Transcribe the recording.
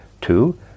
two